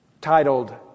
titled